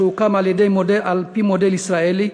שהוקם על-פי מודל ישראלי,